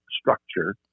structure